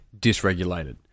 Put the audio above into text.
dysregulated